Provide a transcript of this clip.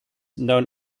known